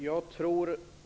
Fru talman!